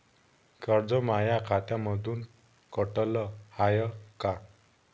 कर्ज माया खात्यामंधून कटलं हाय का?